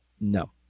No